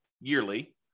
yearly